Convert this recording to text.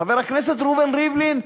חבר הכנסת ראובן ריבלין,